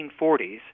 1940s